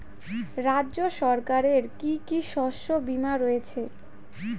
রাজ্য সরকারের কি কি শস্য বিমা রয়েছে?